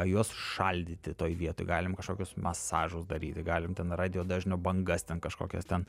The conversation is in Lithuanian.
juos šaldyti toj vietoj galim kažkokius masažus daryti galim ten radijo dažnio bangas ten kažkokias ten